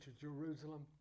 Jerusalem